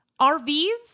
RVs